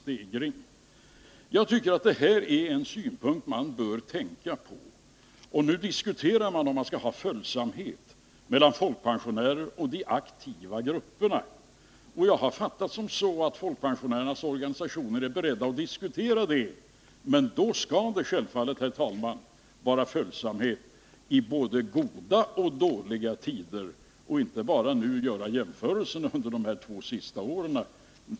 De redovisade siffrorna tycker jag är något man bör tänka på. Nu diskuteras om det skall vara följsamhet mellan folkpensionerna och de aktiva gruppernas löneutveckling. Såvitt jag förstår är folkpensionärernas organisationer beredda att diskutera den saken. Men då skall det självfallet, herr talman, vara följsamhet i både goda och dåliga tider. Det är inte riktigt att enbart jämföra utvecklingen under de två senaste åren.